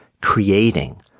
creating